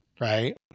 right